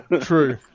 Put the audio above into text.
True